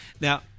Now